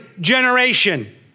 generation